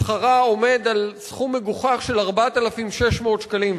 שכרה עומד על סכום מגוחך של 4,600 שקלים,